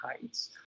heights